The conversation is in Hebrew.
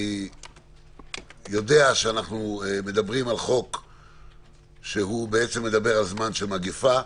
אני יודע שאנחנו מדברים על חוק שמדבר על זמן של מגפה,